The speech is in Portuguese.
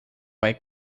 vai